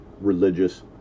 religious